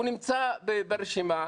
הוא נמצא ברשימה,